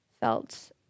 felt